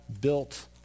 built